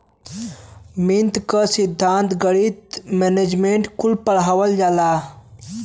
वित्त क सिद्धान्त, गणित, मैनेजमेंट कुल पढ़ावल जाला